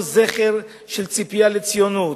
כל זכר של ציפייה לציונות,